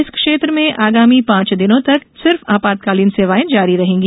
इस क्षेत्र में आगामी पांच दिनों तक सिर्फ आपातकालीन सेवाएं जारी रहेंगी